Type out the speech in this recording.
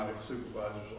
supervisors